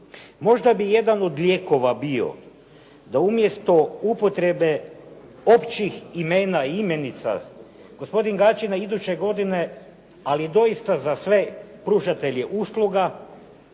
Možda bi jedan od lijekova bio da umjesto upotrebe općih imena i imenica, gospodin Gačina iduće godine, ali doista za sve pružatelje usluga